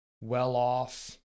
well-off